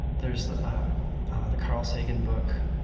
there's the the carl sagan book